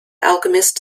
alchemist